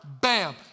Bam